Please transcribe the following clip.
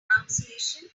pronunciation